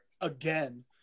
again